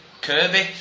Kirby